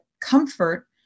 comfort